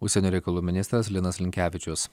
užsienio reikalų ministras linas linkevičius